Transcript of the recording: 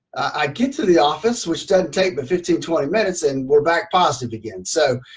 i get to the office which doesn't take but fifteen twenty minutes and we're back positive again. so,